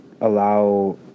allow